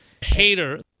Hater